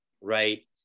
Right